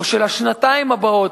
או של השנתיים הבאות,